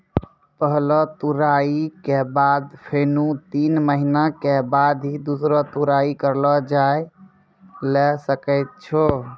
पहलो तुड़ाई के बाद फेनू तीन महीना के बाद ही दूसरो तुड़ाई करलो जाय ल सकै छो